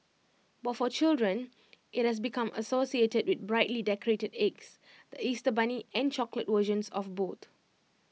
but for children IT has become associated with brightly decorated eggs the Easter bunny and chocolate versions of both